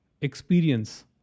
experience